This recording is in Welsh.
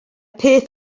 peth